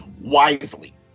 wisely